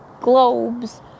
globes